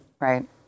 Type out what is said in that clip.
Right